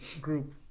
group